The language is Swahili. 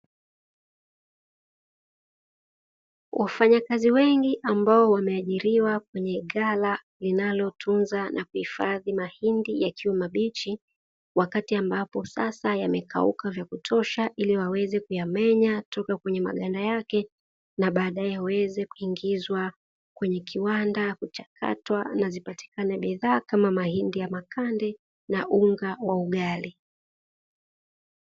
wafanya kazi wengi ambao wameajiriwa kwenye ghala linalotunza na kuhifadhi mahindi yakiwa mabichi wakati ambapo sasa yamekauka vya kutosha ili waweze kuyamenya kutoka kwenye maganda yake na baadae yaweze kuingizwa kwenye kiwandakuchakatwa na zipatine bidhaa kama mahind ya makande na unga wa ugali.